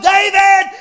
David